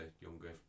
younger